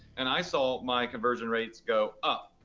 and i saw my conversion rates go up.